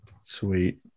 Sweet